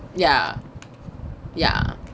ya ya